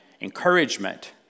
encouragement